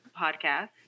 podcast